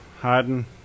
hiding